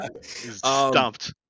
stumped